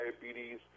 diabetes